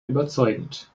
überzeugend